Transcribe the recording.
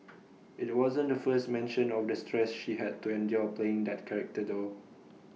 IT wasn't the first mention of the stress she had to endure playing that character though